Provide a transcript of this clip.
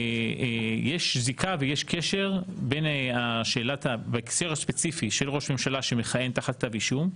יש זיקה ויש קשר בהקשר הספציפי של ראש ממשלה שמכהן תחת כתב אישום,